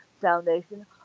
Foundation